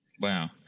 Wow